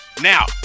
Now